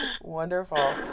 Wonderful